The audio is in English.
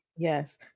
Yes